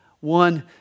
One